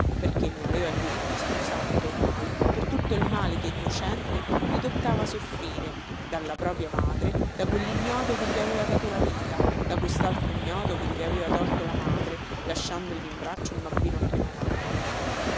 perché ne aveva il diritto sacrosanto ormai per tutto il male che innocente gli toccava soffrire dalla propria madre da quellignoto che gli aveva dato la vita da questaltro ignoto che gli aveva tolto la madre lasciandogli in braccio un bambino appena nato